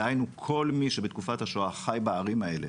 דהיינו כל מי שבתקופת השואה חי בערים האלה